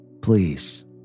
please